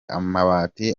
amabati